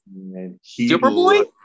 Superboy